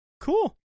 cool